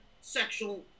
sexual